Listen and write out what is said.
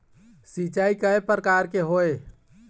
सिचाई कय प्रकार के होये?